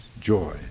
joy